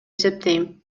эсептейм